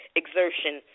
exertion